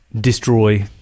destroy